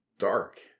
dark